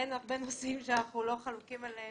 אין הרבה נושאים שאנחנו לא חלוקים עליהם.